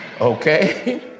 Okay